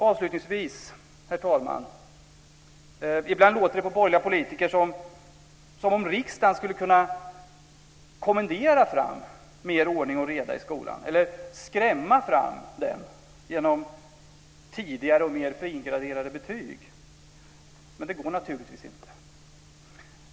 Avslutningsvis, herr talman, vill jag hävda att det ibland låter på borgerliga politiker som om riksdagen skulle kunna kommendera fram mer ordning och reda i skolan eller skrämma fram den genom tidigare och mer fingraderade betyg. Men det går naturligtvis inte.